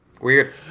Weird